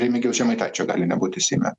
remigijaus žemaitaičio gali nebūti seime